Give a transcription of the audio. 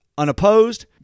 unopposed